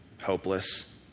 hopeless